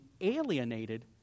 alienated